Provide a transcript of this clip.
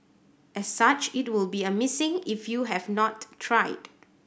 as such it will be a missing if you have not tried